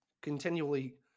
continually